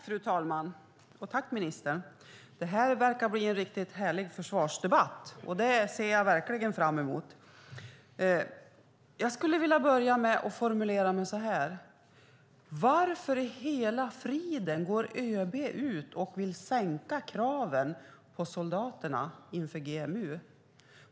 Fru talman! Tack, ministern! Det här verkar bli en riktigt härlig försvarsdebatt. Det ser jag verkligen fram emot. Jag skulle vilja börja med att formulera mig så här: Varför i hela friden går ÖB ut och vill sänka kraven på soldaterna inför GMU?